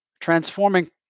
transforming